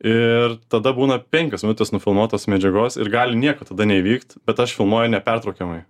ir tada būna penkios minutės nufilmuotos medžiagos ir gali nieko tada neįvykt bet aš filmuoju nepertraukiamai